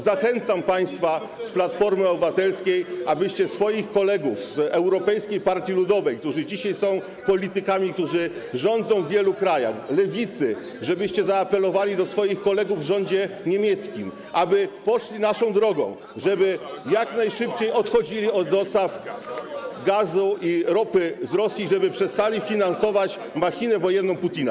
Zachęcam państwa z Platformy Obywatelskiej, z Lewicy, abyście zaapelowali do swoich kolegów z Europejskiej Partii Ludowej, którzy dzisiaj są politykami, którzy rządzą w wielu krajach, abyście zaapelowali do swoich kolegów w rządzie niemieckim, żeby poszli naszą drogą, żeby jak najszybciej odchodzili od dostaw gazu i ropy z Rosji, żeby przestali finansować machinę wojenną Putina.